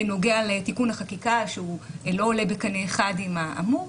בנוגע לתיקון החקיקה שהוא לא עולה בקנה אחד עם האמור.